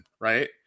right